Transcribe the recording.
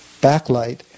backlight